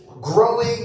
growing